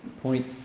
Point